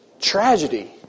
Tragedy